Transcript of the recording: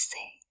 say